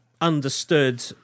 understood